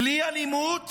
בלי אלימות,